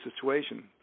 situation